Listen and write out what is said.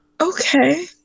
Okay